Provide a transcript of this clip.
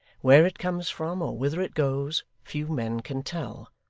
where it comes from or whither it goes, few men can tell.